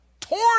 torn